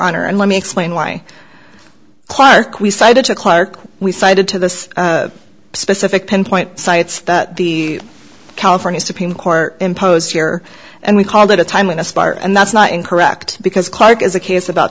honor and let me explain why clarke we cited to clark we cited to this specific pinpoint cites that the california supreme court imposed here and we called it a time when aspire and that's not incorrect because clark is a case about